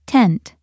Tent